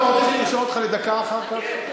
אתה רוצה שאני ארשום אותך לדקה אחר כך?